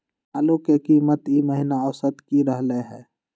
आलू के कीमत ई महिना औसत की रहलई ह?